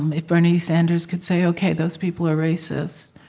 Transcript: um if bernie sanders could say, ok, those people are racist,